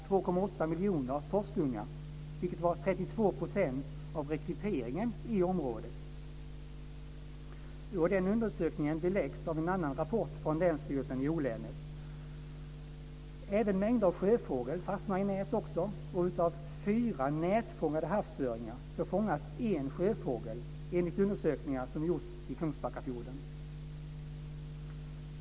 2,8 miljoner torskungar, vilket var 32 % av rekryteringen i området. Nu har den undersökningen belagts av en annan rapport från länsstyrelsen i O-län. Även mängder av sjöfågel fastnar i nät. För fyra nätfångade havsöringar fångas en sjöfågel, enligt undersökningar som gjorts i Kungsbackafjorden.